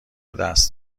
دست